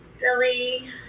Billy